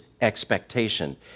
expectation